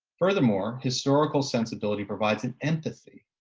furthermore, historical sensibility provides an empathy,